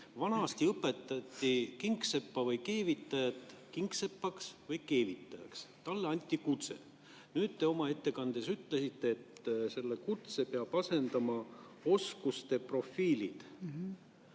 Vanasti õpetati kingseppa või keevitajat kingsepaks või keevitajaks, talle anti kutse. Nüüd te oma ettekandes ütlesite, et selle kutse peavad asendama oskuste profiilid.